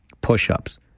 push-ups